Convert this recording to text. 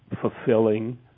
fulfilling